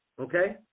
Okay